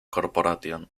corporation